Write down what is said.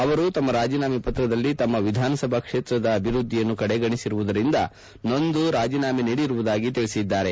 ಅವರು ತಮ್ಮ ರಾಜೀನಾಮೆ ಪತ್ರದಲ್ಲಿ ತಮ್ಮ ವಿಧಾನಸಭಾ ಕ್ಷೇತ್ರದ ಅಭಿವೃದ್ದಿಯನ್ನು ಕಡೆಗಣಿಸಿರುವುದರಿಂದ ನೊಂದು ರಾಜೀನಾಮೆ ನೀಡಿರುವುದಾಗಿ ಹೇಳದ್ದಾರೆ